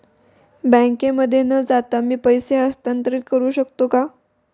बँकेमध्ये न जाता मी पैसे हस्तांतरित करू शकतो का?